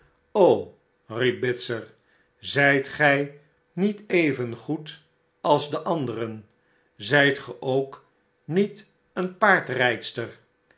riep bitzer zijt gij niet evengoed als de anderen zijt ge ook niet een paardrijdster